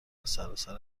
سراسر